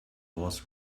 was